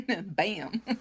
Bam